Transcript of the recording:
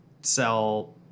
sell